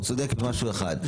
הוא צודק במשהו אחד,